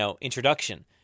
introduction